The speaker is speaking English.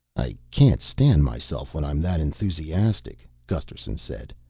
i can't stand myself when i'm that enthusiastic, gusterson said.